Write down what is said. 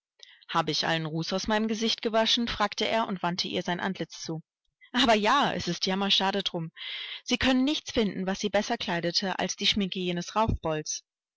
habe ich allen ruß aus meinem gesicht gewaschen fragte er und wandte ihr sein antlitz zu ach ja aber es ist jammerschade drum sie können nichts finden was sie besser kleidete als die schminke jenes